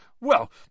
Well